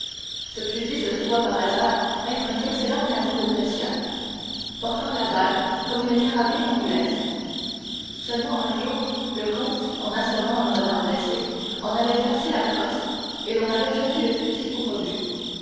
ce fusil se trouva par hasard être un excellent canon de brescia portant la balle comme une carabine anglaise seulement un jour le comte en assommant un renard blessé en avait cassé la crosse et l'on avait jeté le fusil au rebut